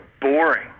boring